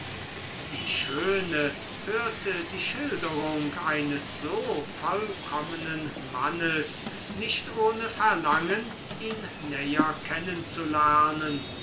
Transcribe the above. die schöne hörte die schilderung eines so vollkommenen mannes nicht ohne verlangen ihn näher